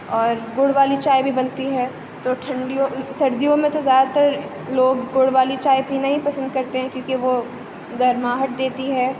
اور گڑ والی چائے بھی بنتی ہے تو ٹھنڈیوں سردیوں میں تو زیادہ تر لوگ گڑ والی چائے پینا ہی پسند کرتے ہیں کیونکہ وہ گرماہٹ دیتی ہے